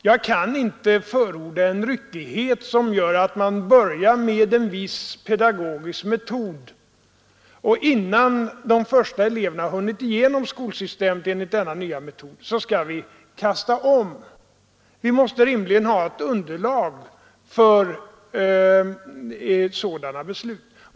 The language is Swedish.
Jag kan inte förorda en ryckighet, som innebär att man börjar med en viss pedagogisk metod och innan de första eleverna hunnit igenom det nya skolsystemet kastar om metoderna. Vi måste rimligen ha ett underlag för sådana beslut.